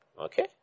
okay